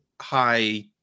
high